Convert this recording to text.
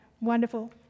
wonderful